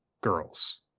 girls